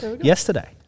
yesterday